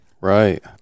Right